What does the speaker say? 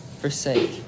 forsake